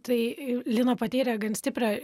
tai lina patyrė gan stiprią